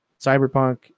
Cyberpunk